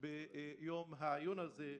ביום העיון הזה,